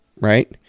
Right